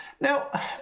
Now